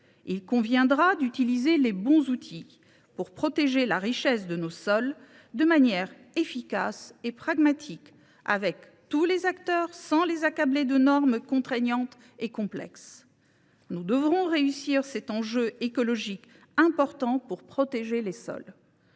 Il conviendra d’utiliser les bons outils, pour protéger la richesse de nos sols de manière efficace et pragmatique, avec tous les acteurs, sans les accabler de normes contraignantes et complexes. Nous devrons réussir ce défi écologique important pour protéger les sols.